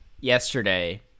yesterday